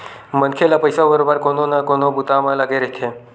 मनखे ल पइसा बरोबर कोनो न कोनो बूता म लगथे रहिथे